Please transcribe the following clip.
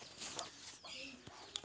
भारी मात्रा फसल कुंसम वजन करवार लगे?